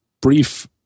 brief